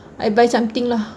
I buy something lah